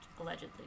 allegedly